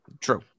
True